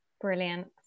Brilliant